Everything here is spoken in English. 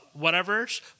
whatevers